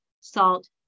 salt